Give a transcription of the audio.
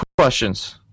questions